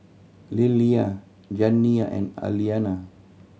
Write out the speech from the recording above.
Lillia Janiya and Aliana